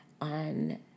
on